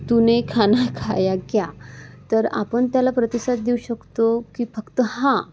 तुने खाना खाया क्या तर आपण त्याला प्रतिसाद देऊ शकतो की फक्त हां